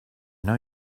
know